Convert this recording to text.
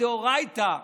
שמדאורייתא,